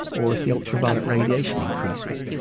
or if the ultraviolet radiation increases,